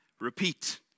repeat